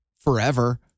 forever